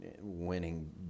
winning